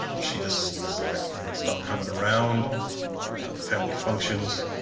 she just stopped coming around the family functions.